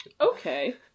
Okay